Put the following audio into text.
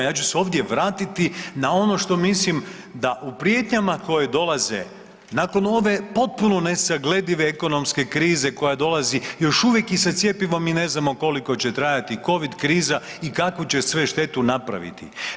Ja ću se ovdje vratiti na ono što mislim da u prijetnjama koje dolaze nakon ove potpuno nesagledive ekonomske krize koja dolazi, još uvijek i sa cjepivom i ne znamo koliko će trajati covid kriza i kakvu će sve štetu napraviti.